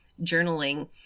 journaling